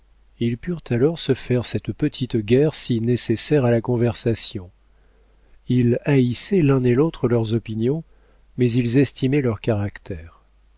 ils purent alors se faire cette petite guerre si nécessaire à la conversation ils haïssaient l'un et l'autre leurs opinions mais ils estimaient leurs caractères